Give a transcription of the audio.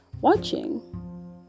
watching